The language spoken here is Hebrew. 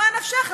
ממה נפשך?